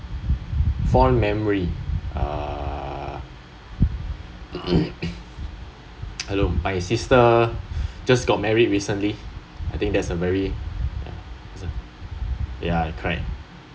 fond memory uh hello my sister just got married recently I think that is a very ya I cried